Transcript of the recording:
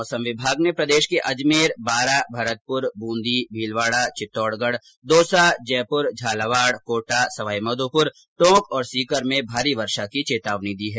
मौसम विभाग ने प्रदेश के अजमेर बारां भरतपुर ब्रंदी भीलवाड़ा चित्तौडगढ़ दौसा जयपुर झालावाड़ कोटा सवाई माधोपुर टोंक और सीकर में भारी वर्षा की चेतावनी दी है